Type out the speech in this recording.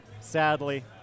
sadly